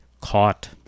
caught